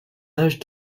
âge